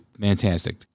Fantastic